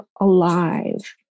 alive